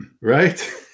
right